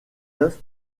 œuf